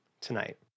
tonight